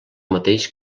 mateix